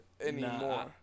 anymore